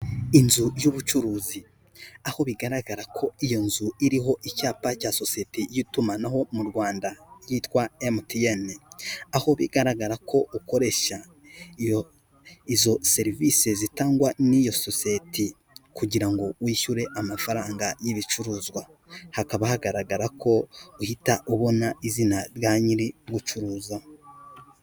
Inzu y'ubucuruzi, aho bigaragara ko iyo nzu iriho icyapa cya sosiyete y'itumanaho mu Rwanda yitwa MTN, aho bigaragara ko ukoresha izo serivisi zitangwa n'iyo sosiyete kugira ngo wishyure amafaranga y'ibicuruzwa, hakaba hagaragara ko uhita ubona izina rya nyirigucuruza.